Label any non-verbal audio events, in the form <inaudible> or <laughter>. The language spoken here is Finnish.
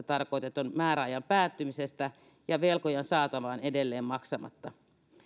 <unintelligible> tarkoitetun määräajan päättymisestä ja velkojan saatava on edelleen maksamatta